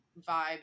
vibe